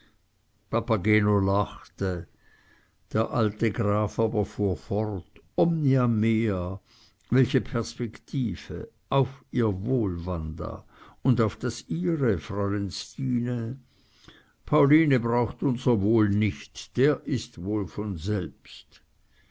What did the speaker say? papageno lachte der alte graf aber fuhr fort omnia mea welche perspektive auf ihr wohl wanda und auf das ihre fräulein stine pauline braucht unser wohl nicht der ist wohl von selbst